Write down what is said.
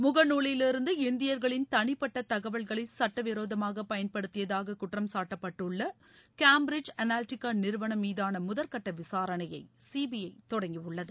முகநாலிலிருந்து இந்தியர்களின் தனிப்பட்டதகவல்களைசட்டவிரோதமாகபயன்படுத்தியதாககுற்றம்சாட்டப்பட்டுள்ளகேம்பிரிட்ஜ் அனாலிட்டிகாநிறுவனம் மீதானமுதற்கட்டவிசாரணையைசிபிஐதொடங்கியுள்ளது